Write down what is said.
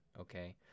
okay